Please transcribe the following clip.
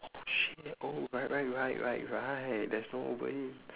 oh shit oh right right right right right there's no uber eats